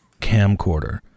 camcorder